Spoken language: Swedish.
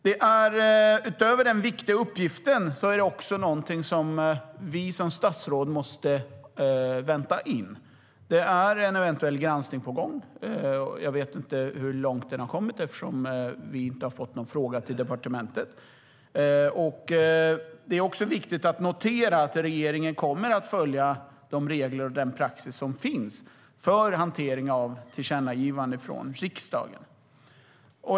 Utöver att det är en viktig uppgift är det också någonting som vi som statsråd måste vänta in. Det är en eventuell granskning på gång. Jag vet inte hur långt den har kommit eftersom vi inte har fått någon fråga till departementet. Det är också viktigt att notera att regeringen kommer att följa de regler och den praxis som finns för hantering av tillkännagivanden från riksdagen.